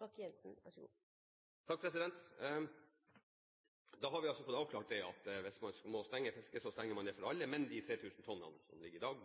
Da har vi fått avklart at hvis man må stenge fisket, stenger man det for alle. Men de 3 000 tonnene, som ligger i dag,